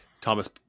Thomas